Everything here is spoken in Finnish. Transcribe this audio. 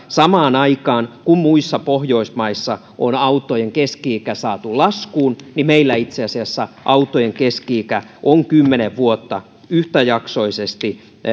samaan aikaan kun muissa pohjoismaissa on autojen keski ikä saatu laskuun niin meillä suomessa itse asiassa autojen keski ikä on kymmenen vuotta yhtäjaksoisesti